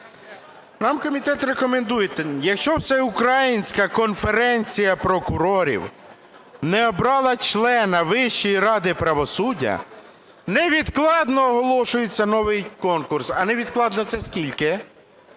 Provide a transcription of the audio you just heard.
Нам комітет рекомендує: якщо всеукраїнська конференція прокурорів не обрала члена Вищої ради правосуддя, невідкладно оголошується новий конкурс. А невідкладно - це скільки?